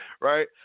Right